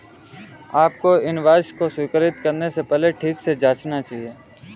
आपको इनवॉइस को स्वीकृत करने से पहले ठीक से जांचना चाहिए